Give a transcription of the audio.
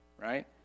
Right